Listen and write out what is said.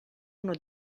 uno